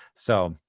so,